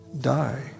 die